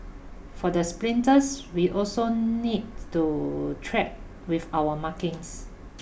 for the sprinters we also needs to track with our markings